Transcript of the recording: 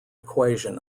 equation